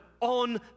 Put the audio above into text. on